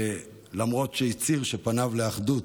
למרות שהצהיר שפניו לאחדות,